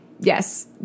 Yes